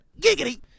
giggity-